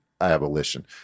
abolition